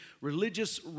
religious